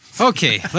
Okay